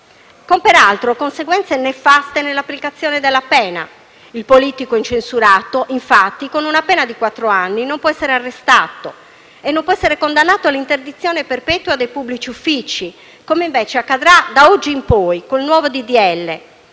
voti, peraltro con conseguenze nefaste nell'applicazione della pena. Il politico incensurato, infatti, con una pena di quattro anni non può essere arrestato e condannato all'interdizione perpetua dai pubblici uffici - come invece accadrà da oggi in poi, con